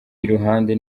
iruhande